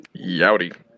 Yowdy